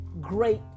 great